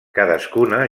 cadascuna